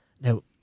Now